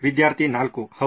ವಿದ್ಯಾರ್ಥಿ 4 ಹೌದು